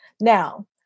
Now